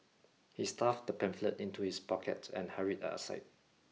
he stuffed the pamphlet into his pocket and hurried outside